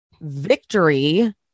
victory